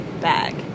bag